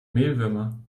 mehlwürmer